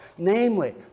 namely